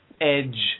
edge